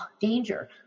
danger